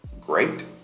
great